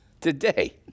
today